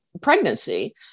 pregnancy